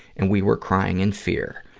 and we were crying in fear.